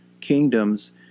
kingdoms